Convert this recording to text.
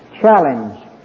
challenge